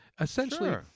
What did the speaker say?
essentially